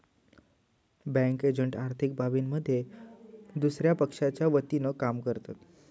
bank agent आर्थिक बाबींमध्ये दुसया पक्षाच्या वतीनं काम करतत